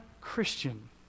christian